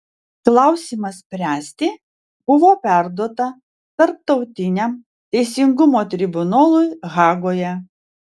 klausimą spręsti buvo perduota tarptautiniam teisingumo tribunolui hagoje